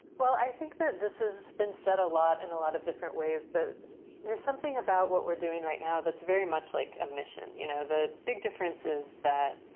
well, i think that this has been said a lot and a lot of different ways. but there's something about what we're doing right now that's very much like a mission. you know, the big difference is that